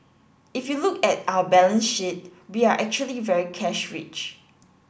if you look at our balance sheet we are actually very cash rich